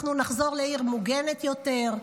אנחנו נחזור לעיר מוגנת יותר,